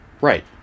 Right